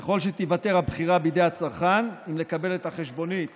ככל שתיוותר הבחירה בידי הצרכן אם לקבל את החשבונית